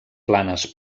planes